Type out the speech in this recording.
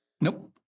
Nope